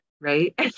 right